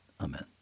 Amen